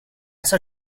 saw